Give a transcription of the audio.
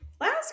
last